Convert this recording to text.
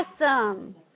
Awesome